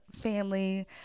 family